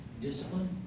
Discipline